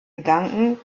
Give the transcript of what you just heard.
gedanken